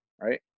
right